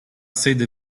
sede